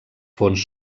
fons